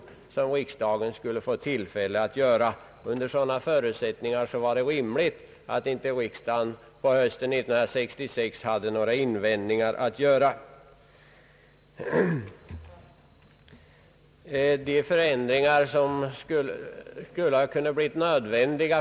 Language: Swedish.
Därför var det rimligt att riksdagen på hösten 1966 inte hade några invändningar att göra. Statsrådet nämnde också att ändringar fram och tillbaka kunnat bli nödvändiga.